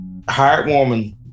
heartwarming